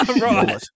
Right